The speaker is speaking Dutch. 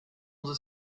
onze